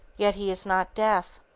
yet he is not deaf.